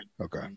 Okay